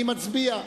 אני עורך הצבעה.